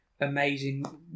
amazing